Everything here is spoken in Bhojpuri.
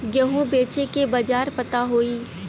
गेहूँ बेचे के बाजार पता होई?